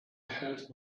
had